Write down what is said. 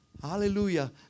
hallelujah